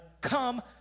come